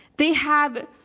they have,